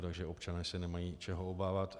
Takže občané se nemají čeho obávat.